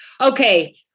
okay